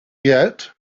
yet